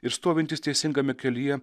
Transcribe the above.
ir stovintys teisingame kelyje